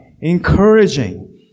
Encouraging